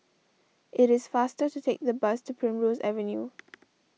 it is faster to take the bus to Primrose Avenue